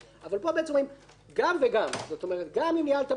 פה אומרים גם וגם גם אם ניהלת בעבר,